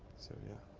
so, yeah,